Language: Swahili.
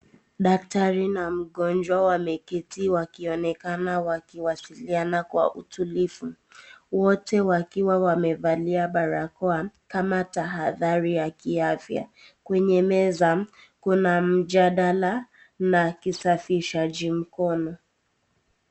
Daktari na mgonjwa wameketi wakionekana wakiwasiliana kwa utulivu. Wote wakiwa wamevalia barakoa, kama tahadhari za kiiafya. Kwenye meza, kuna mjadala na kisafishaji mkono.